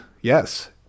Yes